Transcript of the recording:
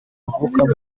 avukamo